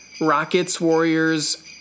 Rockets-Warriors